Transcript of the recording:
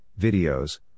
videos